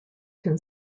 can